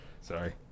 Sorry